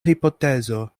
hipotezo